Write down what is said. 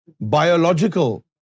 biological